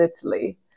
Italy